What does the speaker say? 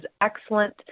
excellent